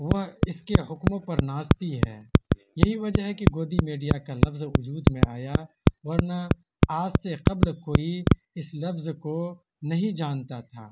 وہ اس کے حکموں پر ناچتی ہے یہی وجہ ہے کہ گودی میڈیا کا لفظ وجود میں آیا ورنہ آج سے قبل کوئی اس لفظ کو نہیں جانتا تھا